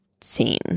scene